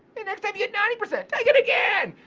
next time you get ninety percent, take it again.